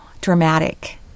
dramatic